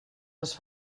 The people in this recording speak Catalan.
les